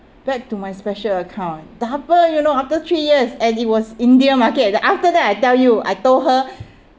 back to my special account double you know after three years and it was india market then after that I tell you I told her